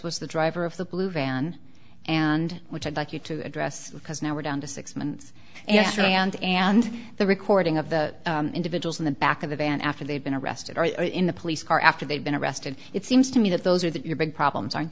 was the driver of the blue van and which i'd like you to address because now we're down to six months after the hand and the recording of the individuals in the back of the van after they've been arrested in the police car after they've been arrested it seems to me that those are that your big problems aren't